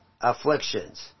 afflictions